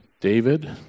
David